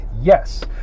yes